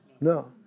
No